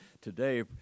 today